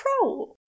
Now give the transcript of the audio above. control